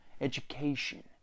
Education